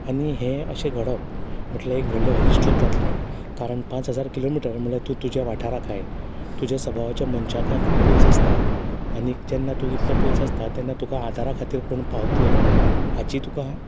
आनी हें अशें घडप म्हटल्यार एक व्हडलें अरिश्टूच जातलें कारण पांच हजार किलोमिटर म्हटल्यार तूं तुज्या वाठाराक आय तुज्या सभावाच्या मनशा कडेन खूब पयस आसता आनीक जेन्ना तूं जितलो पयस आसता तेन्ना तुका आदारा खातीर कोण पावतलो हाची तुका